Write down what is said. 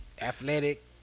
Athletic